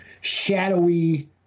shadowy